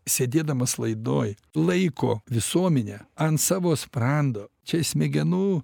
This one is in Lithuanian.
sėdėdamas laidoj laiko visuomenę ant savo sprando čia smegenų